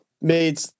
made